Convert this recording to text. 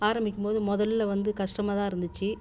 ஆரம்பிக்கும் போது முதல்ல வந்து கஷ்டமாக தான் இருந்துச்சி